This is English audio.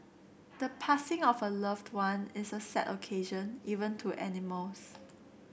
the passing of a loved one is a sad occasion even to animals